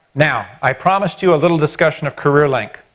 now, i promised you a little discussion of career link.